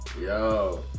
Yo